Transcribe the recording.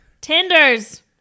tenders